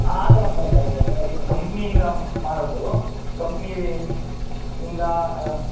ಆ ಥರ ಮಾಡಕ್ಕೆ ಬರಲ್ಲ ಸರ್ ಅದು ಕಂಪ್ನಿಯಿಂದ ಮಾಡೋದು ಕಂಪ್ನಿ ಇಂದ